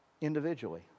individually